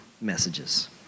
messages